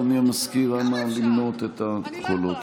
אדוני המזכיר, אנא למנות את הקולות.